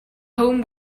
home